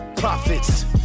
Profits